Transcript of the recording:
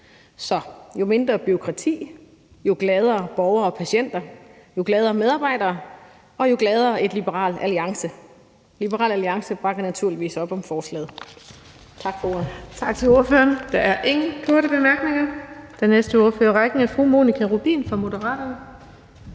så jo mindre bureaukrati, jo gladere borgere og patienter, jo gladere medarbejdere og jo gladere et Liberal Alliance. Liberal Alliance bakker naturligvis op om forslaget.